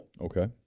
Okay